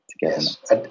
Yes